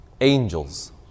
Angels